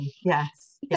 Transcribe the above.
yes